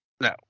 no